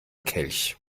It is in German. kelch